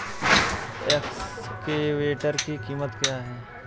Excavator की कीमत क्या है?